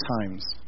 times